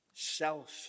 self